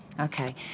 Okay